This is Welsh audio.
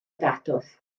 datws